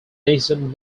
nissan